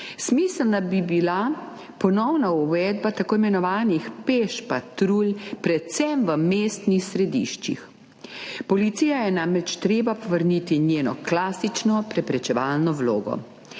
Smiselna bi bila ponovna uvedba tako imenovanih peš patrulj predvsem v mestnih središčih. Policiji je namreč treba povrniti njeno klasično preprečevalno vlogo.